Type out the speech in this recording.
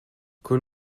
con